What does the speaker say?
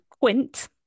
Quint